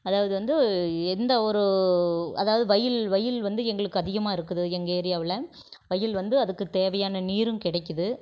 அதாவது வந்து எந்த ஒரு அதாவது வயல் வயல் வந்து எங்களுக்கு அதிகமாகருக்குது எங்கள் ஏரியாவில் வயல் வந்து அதுக்கு தேவையான நீரும் கிடைக்கிது